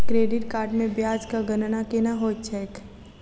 credit card मे ब्याजक गणना केना होइत छैक